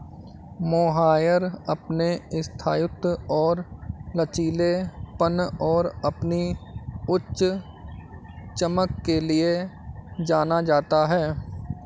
mohair अपने स्थायित्व और लचीलेपन और अपनी उच्च चमक के लिए जाना जाता है